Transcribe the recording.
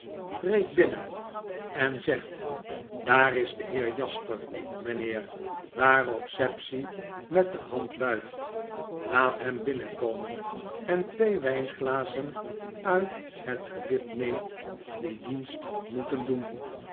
sapsea binnen en zegt daar is de heer jasper mijnheer waarop sapsea met de handwuift laat jiem binnen komen en twee wijnglazen uit het gelid neemt die dienst moeten doen